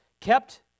kept